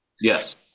Yes